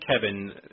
Kevin